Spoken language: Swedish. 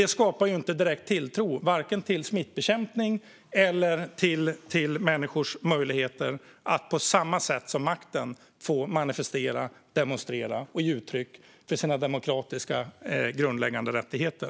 Det skapar inte direkt tilltro till varken smittbekämpning eller människors möjligheter att på samma sätt som makten få manifestera, demonstrera och ge uttryck för sina demokratiska grundläggande rättigheter.